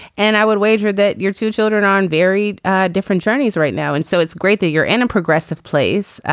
and i would wager that your two children on very different journeys right now and so it's great that you're in a progressive place.